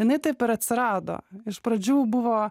jinai taip ir atsirado iš pradžių buvo